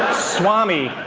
swami.